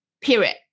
period